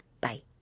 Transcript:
bye